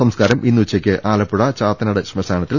സംസ്കാരം ഇന്നുച്ചയ്ക്ക് ആലപ്പുഴ ചാത്ത നാട് ശ്മശാനത്തിൽ